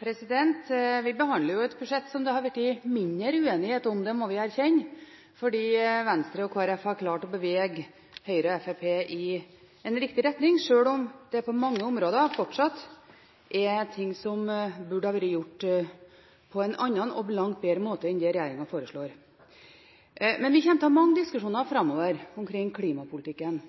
Vi behandler et budsjett som det har blitt mindre uenighet om – det må vi erkjenne – fordi Venstre og Kristelig Folkeparti har klart å bevege Høyre og Fremskrittspartiet i riktig retning, sjøl om det på mange områder fortsatt er ting som burde ha vært gjort på en annen og langt bedre måte enn det regjeringen foreslår. Vi kommer til å ha mange diskusjoner framover om klimapolitikken